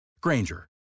Granger